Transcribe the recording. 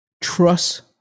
Trust